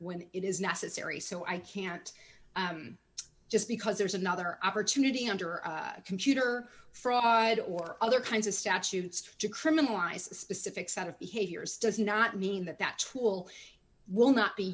when it is necessary so i can't just because there's another opportunity under computer fraud or other kinds of statutes to criminalize a specific set of behaviors does not mean that that tool will not be